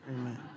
Amen